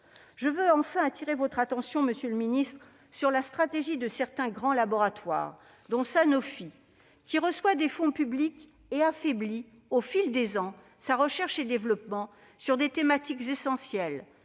Je veux enfin attirer votre attention, monsieur le ministre, sur la stratégie de certains grands laboratoires, dont Sanofi : tout en recevant des fonds publics, ce laboratoire affaiblit au fil des ans ses activités de recherche et développement sur des thématiques essentielles,